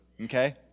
okay